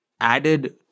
added